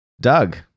Doug